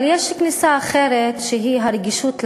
אבל יש כניסה אחרת, שהיא הרגישות לעוול.